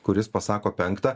kuris pasako penkta